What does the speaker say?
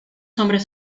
hombres